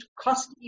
cost